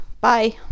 Bye